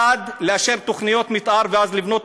1. לאשר תוכניות מתאר ואז לבנות